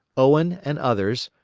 owen and others,